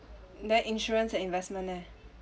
then insurance and investment eh